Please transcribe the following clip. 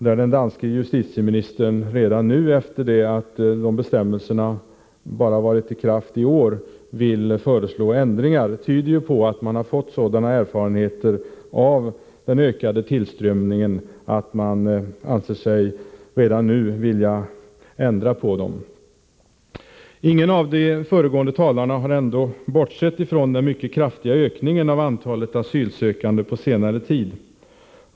Att den danske justitieministern redan nu — efter det att bestämmelserna bara varit i kraft under detta år — vill föreslå ändringar tyder ju på att erfarenheterna av den ökade tillströmningen varit sådana att man ansett det nödvändigt att göra något åt saken. Ingen av de föregående talarna har ändå bortsett från den mycket kraftiga ökningen av antalet asylsökande på senare tid.